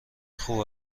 خوب